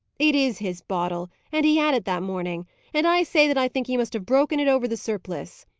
it is his bottle, and he had it that morning and i say that i think he must have broken it over the surplice,